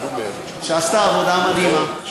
שעשתה עבודה מדהימה.